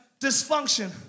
dysfunction